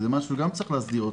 וזה משהו שגם צריך להסדיר.